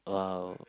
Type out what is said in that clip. !wow!